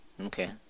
Okay